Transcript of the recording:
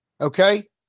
okay